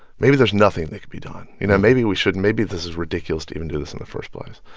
maybe there's nothing that could be done, you know? maybe we should maybe this is ridiculous to even do this in the first place.